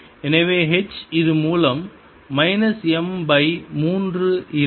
எனவே h இது மூலம் மைனஸ் m பை மூன்று இருக்கும்